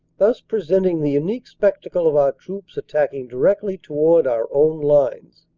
thus presenting the unique spectacle of our troops attacking directly toward our own lines.